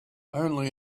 only